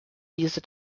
diese